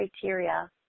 criteria